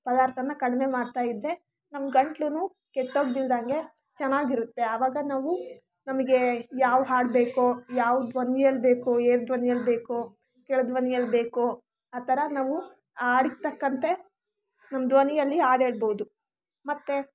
ಪದಾರ್ಥನ ಕಡಿಮೆ ಮಾಡ್ತಾಯಿದ್ರೆ ನಮ್ಮ ಗಂಟಲೂ ಕೆಟ್ಟೋಗ್ದಿರೋಂಗೆ ಚೆನ್ನಾಗಿರುತ್ತೆ ಆವಾಗ ನಾವು ನಮಗೆ ಯಾವ ಹಾಡು ಬೇಕೋ ಯಾವ ಧ್ವನಿಯಲ್ಲಿ ಬೇಕೋ ಏರು ಧ್ವನಿಯಲ್ಲಿ ಬೇಕೋ ಕೆಳ ಧ್ವನಿಯಲ್ಲಿ ಬೇಕೋ ಆ ಥರ ನಾವು ಹಾಡಿಗೆ ತಕ್ಕಂತೆ ನಮ್ಮ ಧ್ವನಿಯಲ್ಲಿ ಹಾಡು ಹೇಳಬಹುದು ಮತ್ತೆ